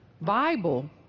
Bible